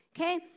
okay